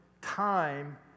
time